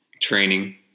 training